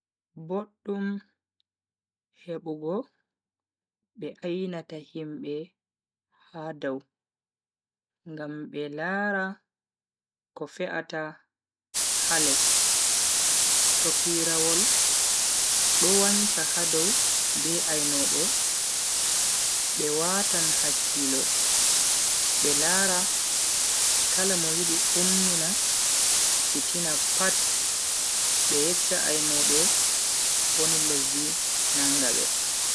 Boddum hebugo be ainata himbe ha dow ngam be lara ko fe'ata ha les. to pirawol do wancha ha dow be ainobe, be watan hakkilo be lara kala mo yidi ummina fitina pat be yeccha ainobe woni lesdi nanga be.